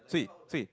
sweet sweet